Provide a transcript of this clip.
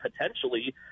potentially